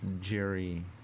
Jerry